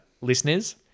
listeners